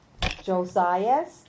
Josias